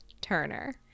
Turner